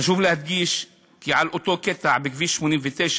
חשוב להדגיש כי על אותו קטע בכביש 89,